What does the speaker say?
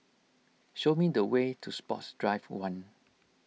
show me the way to Sports Drive one